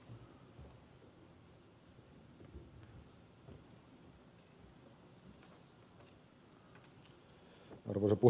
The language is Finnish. arvoisa puhemies